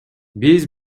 биз